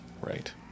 Right